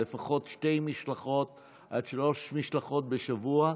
לפחות שתי משלחות עד שלוש משלחות בשבוע,